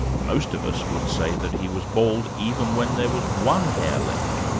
most of us would say that he was bald even when there was one hair left,